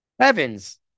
Evans